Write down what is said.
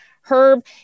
herb